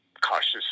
cautious